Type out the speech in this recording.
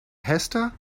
hester